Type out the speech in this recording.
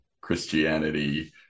Christianity